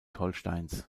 holsteins